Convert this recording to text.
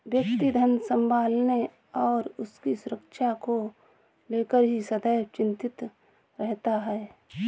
व्यक्ति धन संभालने और उसकी सुरक्षा को लेकर ही सदैव चिंतित रहता है